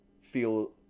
feel